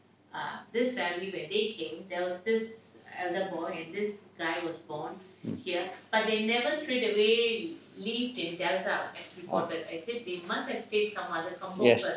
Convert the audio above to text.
yes